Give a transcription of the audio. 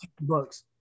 Bucks